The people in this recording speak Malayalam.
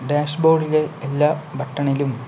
ഡാഷ്ബോർഡിലെ എല്ലാ ബട്ടണിലും